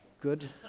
Good